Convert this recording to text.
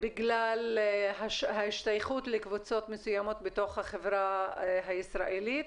בגלל ההשתייכות לקבוצות מסוימות בתוך החברה הישראלית,